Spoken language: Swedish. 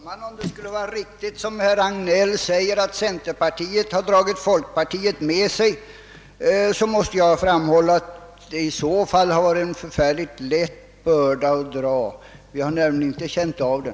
Herr talman! Om det är riktigt som herr Hagnell säger — vilket jag inte vet — att centerpartiet har dragit folkpartiet med sig, så måste jag framhålla att i så fall har det varit ett mycket lätt lass att dra. Vi har nämligen inte alls känt av det.